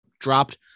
dropped